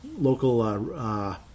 local